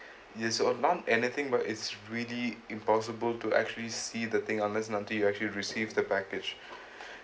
is not anything but it's really impossible to actually see the thing unless until you actually received the package